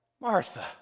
Martha